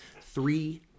three